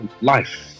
Life